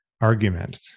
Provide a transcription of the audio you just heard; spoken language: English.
argument